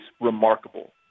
remarkable